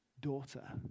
Daughter